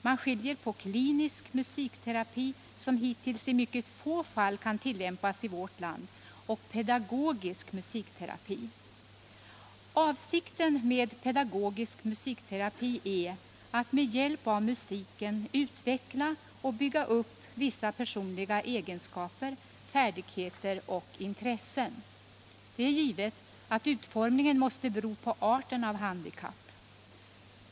Man skiljer på klinisk musikterapi, som hittills i mycket få fall kunnat tillämpas i vårt land, och pedagogisk musikterapi. Avsikten med pedagogisk musikterapi är att med hjälp av musik utveckla och bygga upp vissa personliga egenskaper, färdigheter och intressen. Det är givet att utformningen måste bero på arten av handikapp.